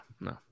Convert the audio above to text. no